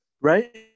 Right